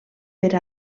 per